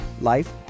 life